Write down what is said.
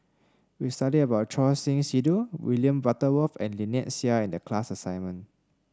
we studied about Choor Singh Sidhu William Butterworth and Lynnette Seah in the class assignment